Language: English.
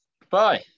Goodbye